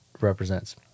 represents